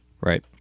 Right